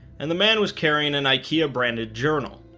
and the man was carrying an ikea branded journal,